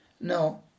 no